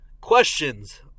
questions